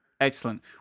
Excellent